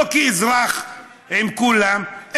לא כאזרח עם כולם,